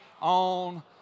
on